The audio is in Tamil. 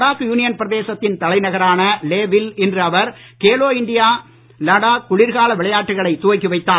லடாக் யூனியன் பிரதேசத்தின் தலைநகரான லே வில் இன்று அவர் கேலோ இண்டியா லடாக் குளிர்கால விளையாட்டுகளை துவக்கி வைத்தார்